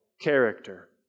character